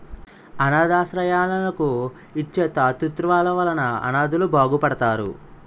అనాధ శరణాలయాలకు ఇచ్చే తాతృత్వాల వలన అనాధలు బాగుపడతారు